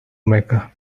mecca